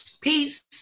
Peace